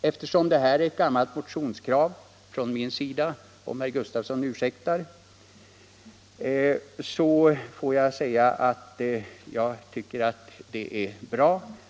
Eftersom det här är ett gammalt motionskrav från min sida, om herr Gustafsson ursäktar att jag påpekar detta, får jag säga att jag tycker det är bra.